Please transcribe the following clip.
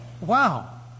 Wow